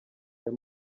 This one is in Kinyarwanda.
ayo